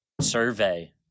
survey